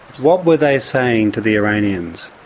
what were they saying to the iranians?